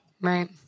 Right